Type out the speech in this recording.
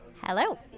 Hello